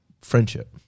friendship